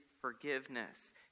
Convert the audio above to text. forgiveness